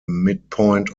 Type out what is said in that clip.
midpoint